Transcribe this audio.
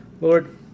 Lord